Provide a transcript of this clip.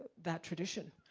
that tradition.